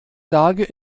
lage